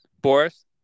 Boris